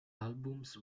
albums